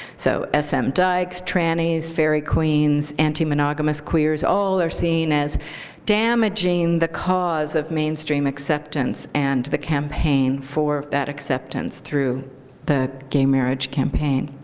so sm um dykes, trannies, fairy queens, anti-monogamous queers, all are seen as damaging the cause of mainstream acceptance and the campaign for that acceptance through the gay marriage campaign.